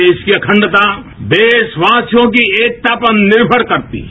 देश की अखंडता देशवासियों की एकता पर निर्मर करती है